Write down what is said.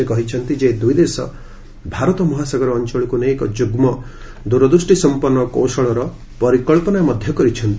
ସେ କହିଛନ୍ତି ଯେ ଦୁଇଦେଶ ଭାରତ ମହାସାଗର ଅଞ୍ଚଳକୁ ନେଇ ଏକ ଯୁଗ୍ମ ଦୂରଦୃଷ୍ଟି ସଂପନ୍ନ କୌଶଳର ପରିକ୍ରନା କରିଛନ୍ତି